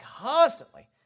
constantly